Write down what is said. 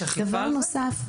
יש אכיפה על זה?